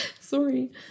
Sorry